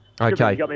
Okay